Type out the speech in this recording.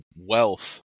wealth